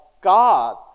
God